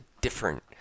different